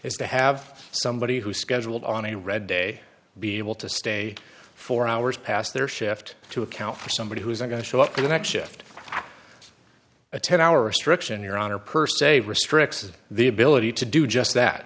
is to have somebody who scheduled on a red day be able to stay four hours past their shift to account for somebody who is going to show up for the next shift a ten hour restriction your honor per se restricts the ability to do just that